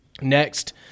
Next